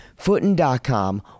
footin.com